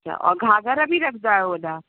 और घाघारि बि रखंदा आहियो छा